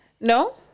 no